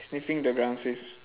sniffing the ground so it's